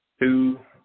two –